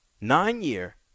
Nine-year